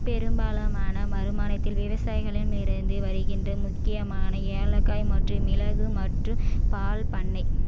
பெரும்பாலான வருமானத்தில் விவசாயத்திலிருந்து வருகின்ற முக்கியமான ஏலக்காய் மற்றும் மிளகு மற்றும் பால் பண்ணை